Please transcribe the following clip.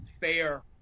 fair